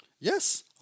Yes